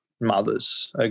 mothers